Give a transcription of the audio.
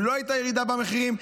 אם לא תהיה ירידה במחירים,